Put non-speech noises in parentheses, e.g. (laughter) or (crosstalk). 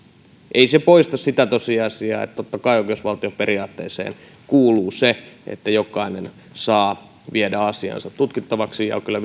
ei se poista sitä tosiasiaa että totta kai oikeusvaltioperiaatteeseen kuuluu se että jokainen saa viedä asiansa tutkittavaksi ja kyllä (unintelligible)